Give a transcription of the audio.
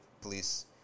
police